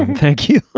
and thank you.